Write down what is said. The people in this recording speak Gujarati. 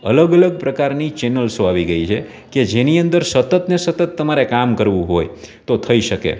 અલગ અલગ પ્રકારની ચેનલ્સો આવી ગઈ છે કે જેની અંદર સતતને સતત તમારે કામ કરવું હોય તો થઈ શકે